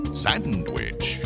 sandwich